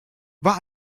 war